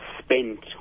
spent